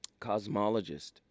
cosmologist